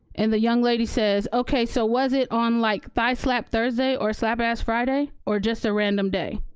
and the young lady says, okay, so was it on like thigh-slap thursday or slap-ass friday or just a random day?